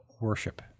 worship